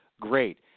great